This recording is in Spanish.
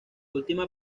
última